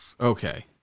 Okay